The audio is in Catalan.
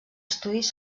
estudis